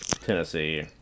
Tennessee